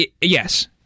Yes